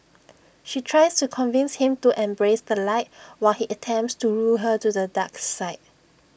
she tries to convince him to embrace the light while he attempts to lure her to the dark side